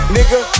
Nigga